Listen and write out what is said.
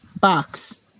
box